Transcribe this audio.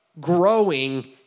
growing